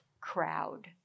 crowd